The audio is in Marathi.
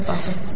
करून पाहू